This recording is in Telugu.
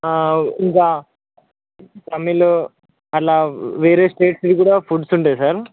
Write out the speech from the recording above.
ఇంకా తమిళ్ అట్లా వేరే స్టేట్స్వి కూడా ఫుడ్స్ ఉంటాయి సార్